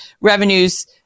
revenues